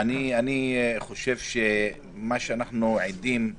אני חושב שמה שאנחנו עדים לו